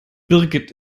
birgit